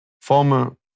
Former